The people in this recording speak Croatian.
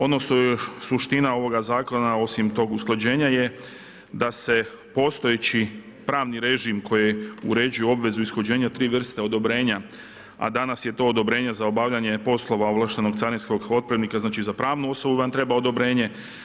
Ono što je suština ovoga zakona osim tog usklađenja je da se postojeći pravni režim, koji uređuju obvezu ishođenju 3 vrste odobrenja, a danas je to odobrenje za obavljanje poslova ovlaštenog carinskog otpremnika, znači za pravnu osobu vam treba odobrenje.